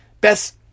Best